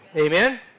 Amen